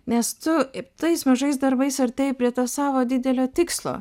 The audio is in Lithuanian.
nes tu tais mažais darbais artėji prie to savo didelio tikslo